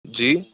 جی